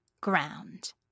ground